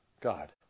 God